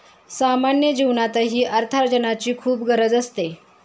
सामान्य जीवनातही अर्थार्जनाची खूप गरज असते